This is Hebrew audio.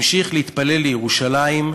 המשיך להתפלל לירושלים,